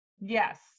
Yes